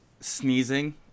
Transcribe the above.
sneezing